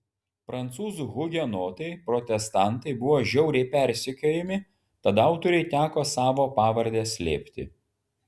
prancūzų hugenotai protestantai buvo žiauriai persekiojami tad autoriui teko savo pavardę slėpti